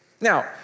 Now